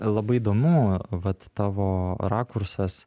labai įdomu vat tavo rakursas